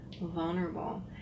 Vulnerable